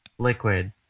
Liquid